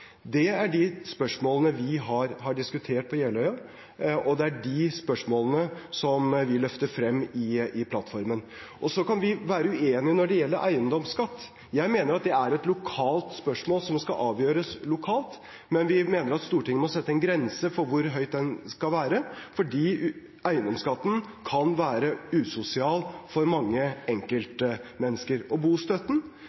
Det er de spørsmålene vi har diskutert på Jeløya, og det er de spørsmålene vi løfter frem i plattformen. Så kan vi være uenige når det gjelder eiendomsskatt. Jeg mener at det er et lokalt spørsmål som skal avgjøres lokalt, men vi mener at Stortinget må sette en grense for hvor høy den skal være, for eiendomsskatten kan være usosial for mange